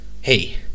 Hey